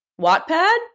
wattpad